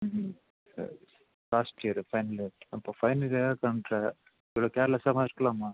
ம் சரி last year final year அப்ப ஃபைனல் இயருக்கு வந்துட்டே இவ்வளவு கேர்லஸ்ஸால்லாம் இருக்கலாமா